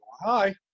Hi